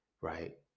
right